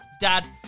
dad